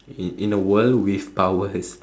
in in a world with powers